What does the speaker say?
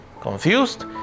confused